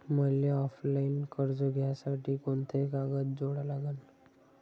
मले ऑफलाईन कर्ज घ्यासाठी कोंते कागद जोडा लागन?